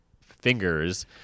fingers